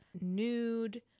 nude